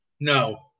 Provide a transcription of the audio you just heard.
No